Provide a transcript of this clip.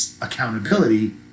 accountability